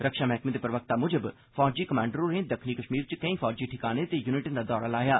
रक्षा मैह्कमे दे प्रवक्ता मुजब फौजी कमांडर होरें दक्खनी कश्मीर च केई फौजी ठिकानें ते युनिटें दा दौरा लाया